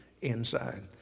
inside